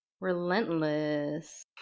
Relentless